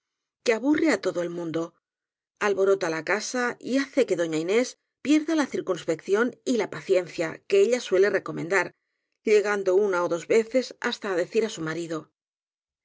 que aburre á todo el mundo alborota la casa y hace que doña inés pierda la circunspección y la paciencia que ella suele recomendar llegando una ó dos veces hasta á decir á su marido